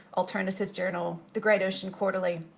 alternative journal, the great ocean quarterly,